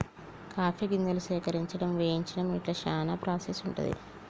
coffee గింజలు సేకరించడం వేయించడం ఇట్లా చానా ప్రాసెస్ ఉంటది